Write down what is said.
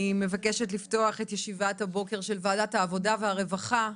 אני מבקשת לפתוח את ישיבת הבוקר של וועדת העבודה והרווחה.